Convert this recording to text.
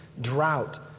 drought